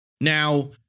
Now